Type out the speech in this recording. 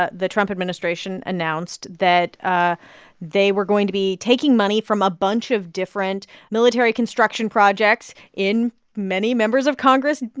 ah the trump administration announced that ah they were going to be taking money from a bunch of different military construction projects in many members of congress,